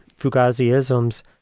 Fugazi-isms